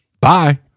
Bye